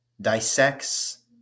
dissects